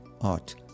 art